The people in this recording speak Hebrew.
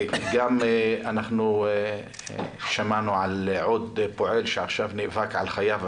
אנחנו גם שמענו על עוד פועל שעכשיו נאבק על חייו.